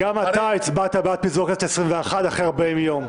גם אתה הצבעת בעד פיזור הכנסת ה-21 אחרי 40 יום,